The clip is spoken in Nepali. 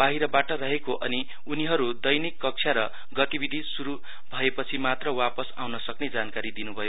बाहिरबाट रहेको अनि उनीहरू दैनिक कक्षा र गतिविधि सुरू भएपछिमात्र वापस आउनसक्ने जानकारी दिनुभयो